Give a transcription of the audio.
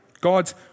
God